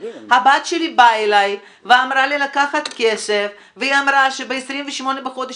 הבת שלי באה אליי ואמרה לי לקחת כסף והיא אמרה שב-28 בחודש